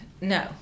No